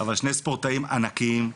אבל שני ספורטאים ענקיים,